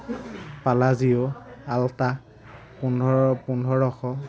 Palazio ultra পোন্ধৰ পোন্ধৰশ